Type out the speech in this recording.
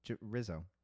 Rizzo